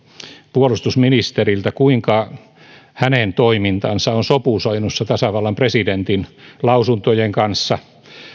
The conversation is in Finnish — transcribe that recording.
puolustusministeriltä kuinka hänen toimintansa on sopusoinnussa tasavallan presidentin lausuntojen kanssa